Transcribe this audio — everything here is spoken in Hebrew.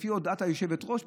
לפי הודעת היושבת-ראש,